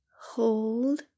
hold